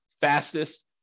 fastest